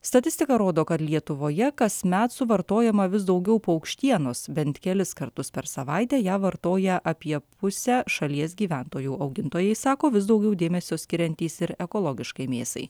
statistika rodo kad lietuvoje kasmet suvartojama vis daugiau paukštienos bent kelis kartus per savaitę ją vartoja apie pusę šalies gyventojų augintojai sako vis daugiau dėmesio skiriantys ir ekologiškai mėsai